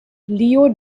leo